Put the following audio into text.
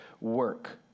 work